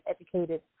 educated